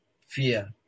fear